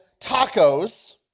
tacos